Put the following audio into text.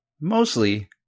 mostly